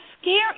scary